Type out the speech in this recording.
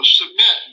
submit